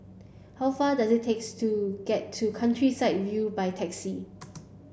how far does it takes to get to Countryside View by taxi